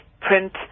print